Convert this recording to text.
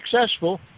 successful